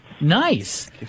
nice